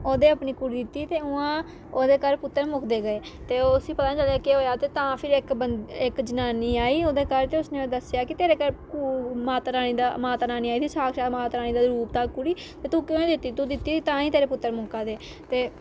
ओह्दे अपनी कुड़ी दिती ते उ'आं ओह्दे घर पुत्तर मुकदे गे ते उसी पता नी चलेआ कि केह् होऐआ तां फिर इक बं इक जनानी आई ओह्दे घर ते उसने दस्सेआ कि तेरे घर मातारानी दा मातारानी आई दी ही साक्षात माता रानी दा रूप था कुड़ी ते तू क्यों दित्ती तूं दित्ती तां ही तेरे पुत्तर मुक्कै दे ते